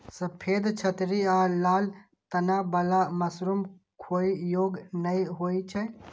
सफेद छतरी आ लाल तना बला मशरूम खाइ योग्य नै होइ छै